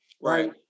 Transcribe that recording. right